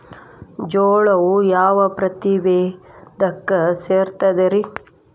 ಜೋಳವು ಯಾವ ಪ್ರಭೇದಕ್ಕ ಸೇರ್ತದ ರೇ?